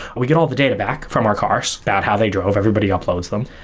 we get all the data back from our cars about how they drove, everybody uploads them.